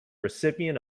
recipient